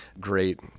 Great